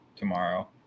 Tomorrow